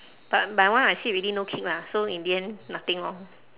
but my one I sit already no kick lah so in the end nothing orh